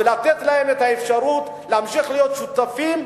לתת להם את האפשרות להמשיך להיות שותפים,